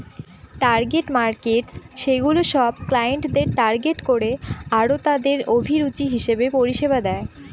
target markets সেগুলা সব ক্লায়েন্টদের টার্গেট করে আরতাদের অভিরুচি হিসেবে পরিষেবা দেয়